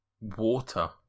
Water